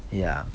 ya